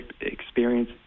experience